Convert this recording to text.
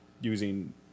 using